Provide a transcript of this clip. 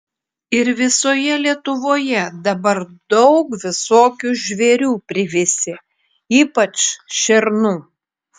ir visoje lietuvoje dabar daug visokių žvėrių privisę ypač šernų